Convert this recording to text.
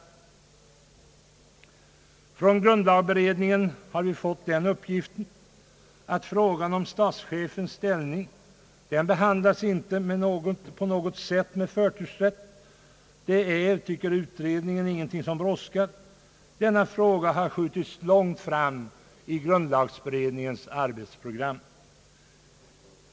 Från grundlagberedningen har vi fått den uppgiften att frågan om statschefens ställning inte på något sätt behandlas med förtursrätt. Den är, anser utredningen, inte någonting som brådskar. Denna fråga har skjutits långt fram i grundlagberedningens arbetsprogram.